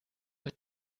mit